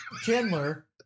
Chandler